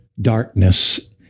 darkness